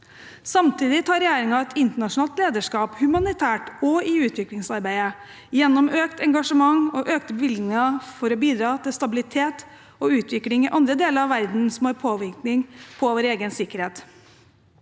Samtidig tar regjeringen et internasjonalt lederskap humanitært og i utviklingsarbeidet, gjennom økt engasjement og økte bevilgninger for å bidra til stabilitet og utvikling i andre deler av verden som har påvirkning på vår egen sikkerhet.